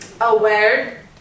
aware